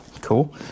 cool